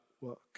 work